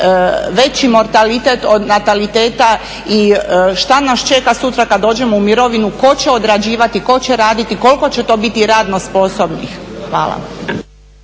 veći mortalitet od nataliteta i što nas čeka sutra kad dođemo u mirovinu, tko će odrađivati, tko će raditi, koliko će to biti radno sposobnih? Hvala.